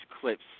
clips